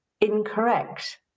incorrect